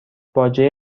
باجه